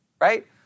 Right